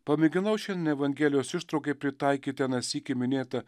pamėginau šiandien evangelijos ištraukai pritaikyti aną sykį minėtą